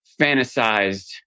fantasized